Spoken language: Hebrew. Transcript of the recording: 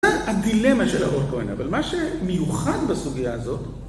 זה הדילמה של אהרון כהן, אבל מה שמיוחד בסוגיה הזאת